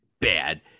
bad